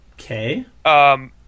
Okay